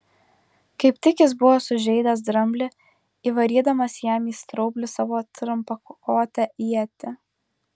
kaip tik jis buvo sužeidęs dramblį įvarydamas jam į straublį savo trumpakotę ietį